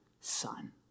son